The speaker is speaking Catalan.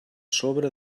sobre